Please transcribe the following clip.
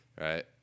Right